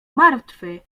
martwy